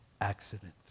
accident